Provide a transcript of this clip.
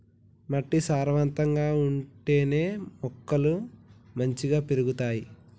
మట్టి సారవంతంగా ఉంటేనే మొక్కలు మంచిగ పెరుగుతాయి